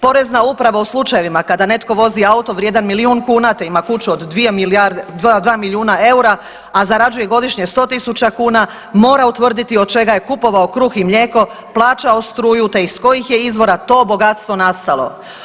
Porezna uprava u slučajevima kada netko vozi auto vrijedan milijun kuna te ima kuću od 2 .../nerazumljivo/... milijuna eura, a zarađuje godišnje 100 tisuća kuna, mora utvrditi od čega je kupovao kruh i mlijeko, plaćao struju te iz kojih je izvora to bogatstvo nastalo.